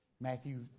Matthew